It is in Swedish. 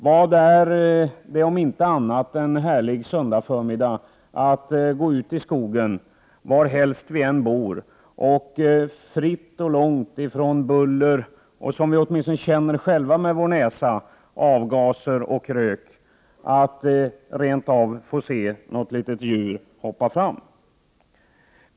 Hur fint är det inte en härlig söndagsförmiddag att få gå ut i skogen, varhelst vi än bor, och fritt och långt ifrån buller, avgaser och rök — som vi åtminstone själva känner med vår näsa — rent av få se något litet djur hoppa fram.